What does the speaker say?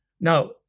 Now